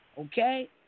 okay